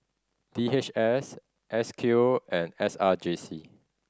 D H S S Q and S R J C